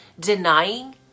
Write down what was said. Denying